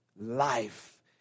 Life